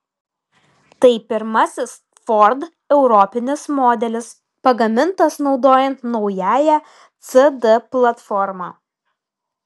tai pirmasis ford europinis modelis pagamintas naudojant naująją cd platformą